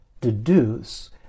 deduce